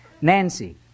Nancy